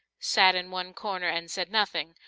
sat in one corner and said nothing,